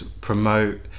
promote